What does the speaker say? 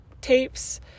tapes